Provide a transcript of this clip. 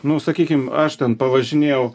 nu sakykim aš ten pavažinėjau